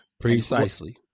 Precisely